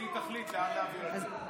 והיא תחליט לאן להעביר את זה.